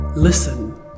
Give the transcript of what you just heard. Listen